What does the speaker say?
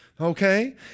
Okay